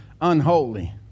unholy